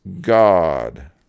God